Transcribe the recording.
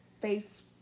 face